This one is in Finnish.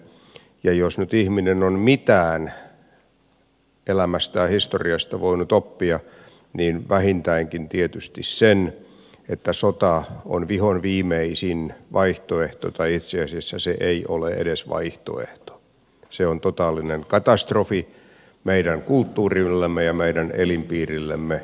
ja jos nyt ihminen on mitään elämästään ja historiasta voinut oppia niin vähintäänkin tietysti sen että sota on vihonviimeisin vaihtoehto tai itse asiassa se ei ole edes vaihtoehto se on totaalinen katastrofi meidän kulttuurillemme ja meidän elinpiirillemme inhimillisesti ja taloudellisesti